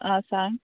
आं सांग